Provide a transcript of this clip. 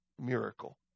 miracle